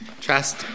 Trust